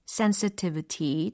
sensitivity